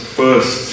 first